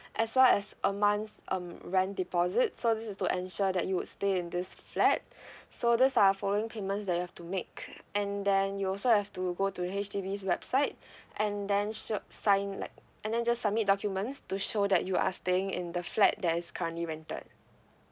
as well as a month's um rent deposit so this is to ensure that you would stay in this flat so these are following payments that you have to make and then you also have to go to H_D_B's website and then shook sign like and then just submit documents to show that you are staying in the flat that is currently rented